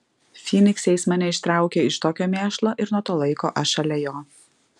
fynikse jis mane ištraukė iš tokio mėšlo ir nuo to laiko aš šalia jo